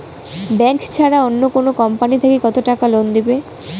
Bank ছাড়া অন্য কোনো কোম্পানি থাকি কত টাকা লোন দিবে?